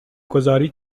گذاری